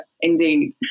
indeed